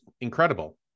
incredible